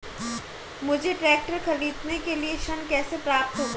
मुझे ट्रैक्टर खरीदने के लिए ऋण कैसे प्राप्त होगा?